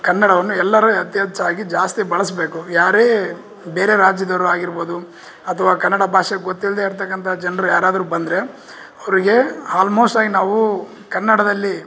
ಕನ್ನಡವನ್ನು ಎಲ್ಲರೂ ಅತಿ ಹೆಚ್ಚಾಗಿ ಜಾಸ್ತಿ ಬಳಸಬೇಕು ಯಾರೇ ಬೇರೆ ರಾಜ್ಯದವರು ಆಗಿರ್ಬೋದು ಅಥವಾ ಕನ್ನಡ ಭಾಷೆ ಗೊತ್ತಿಲ್ದೇ ಇರ್ತಕ್ಕಂಥ ಜನರು ಯಾರಾದರು ಬಂದರೆ ಅವರಿಗೆ ಆಲ್ಮೋಸ್ಟಾಗಿ ನಾವು ಕನ್ನಡದಲ್ಲಿ